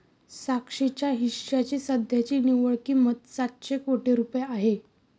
साक्षीच्या हिश्श्याची सध्याची निव्वळ किंमत सातशे कोटी रुपये आहे